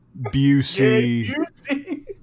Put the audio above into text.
Busey